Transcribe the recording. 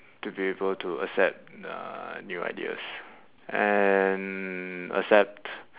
to be able to accept uh new ideas and accept